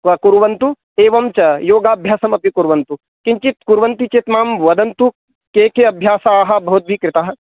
कुर्वन्तु एवञ्च योगाभ्यासम् अपि कुर्वन्तु किञ्चित् कुर्वन्ति चेत् मां वदन्तु के के अभ्यासाः भवद्भिः कृताः